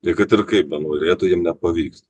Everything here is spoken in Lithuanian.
ir kad ir kaip benorėtų jiem nepavyks